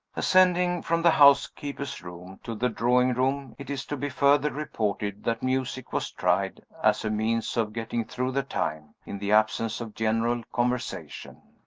ascending from the housekeeper's room to the drawing-room, it is to be further reported that music was tried, as a means of getting through the time, in the absence of general conversation.